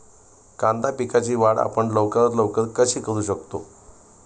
कांदा पिकाची वाढ आपण लवकरात लवकर कशी करू शकतो?